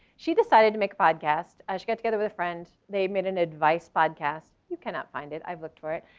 she decided to make a podcast, ah she got together with a friend, they made an advice podcast, you cannot find it, i've looked for it.